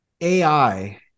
AI